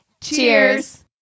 cheers